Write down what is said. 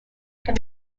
can